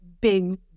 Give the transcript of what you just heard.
big